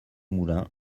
moulins